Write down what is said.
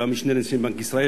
שהיה המשנה לנגיד בנק ישראל,